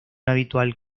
habitual